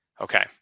Okay